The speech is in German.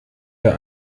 der